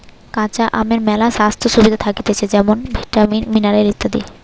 কাঁচা আমের মেলা স্বাস্থ্য সুবিধা থাকতিছে যেমন ভিটামিন, মিনারেল ইত্যাদি